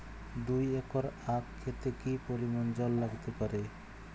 দুই একর আক ক্ষেতে কি পরিমান জল লাগতে পারে?